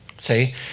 See